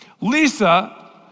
Lisa